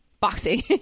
boxing